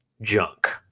junk